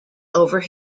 over